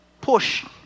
push